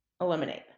eliminate